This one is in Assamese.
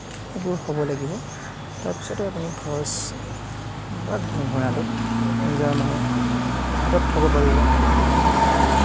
এইবোৰ হ'ব লাগিব তাৰপিছত আপুনি হৰ্চ বা ঘোঁৰাটো থ'ব পাৰিব